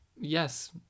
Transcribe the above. yes